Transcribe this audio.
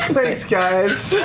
thanks guys,